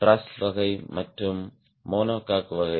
dress வகை மற்றும் monocoque வகை